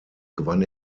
gewann